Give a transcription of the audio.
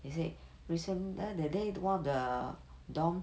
is it recent there that day one of the dorm